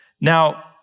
Now